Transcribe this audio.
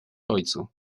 ojcu